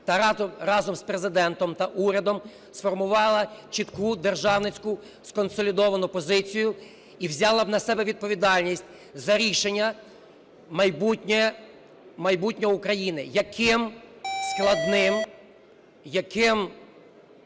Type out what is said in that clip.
та разом з Президентом та урядом сформувала чітку державницьку консолідовану позицію і взяла б на себе відповідальність за рішення майбутнє України,